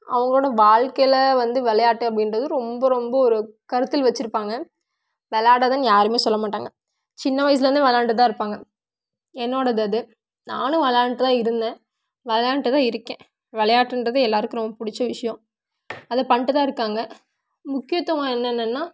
அவங்களோட வாழ்க்கையில வந்து விளையாட்டு அப்படின்றது ரொம்ப ரொம்ப ஒரு கருத்தில் வச்சிருப்பாங்க விளாடாதன்னு யாரும் சொல்ல மாட்டாங்க சின்ன வயசிலேருந்தே விளாண்ட்டு தான் இருப்பாங்க என்னோடது அது நானும் விளாண்ட்டு தான் இருந்தேன் விளாண்ட்டு தான் இருக்கேன் விளையாட்டுன்றது எல்லோருக்கும் ரொம்ப பிடிச்ச விஷயம் அதை பண்ணிட்டு தான் இருக்காங்க முக்கியத்துவம் என்னென்னன்னா